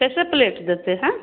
कैसे प्लेट देते हैं